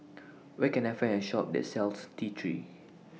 Where Can I Find A Shop that sells T three